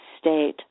state